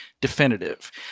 definitive